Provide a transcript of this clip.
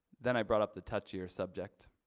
then i brought up the touchier subject.